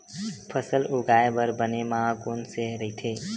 फसल उगाये बर बने माह कोन से राइथे?